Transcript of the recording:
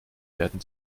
werden